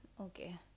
Okay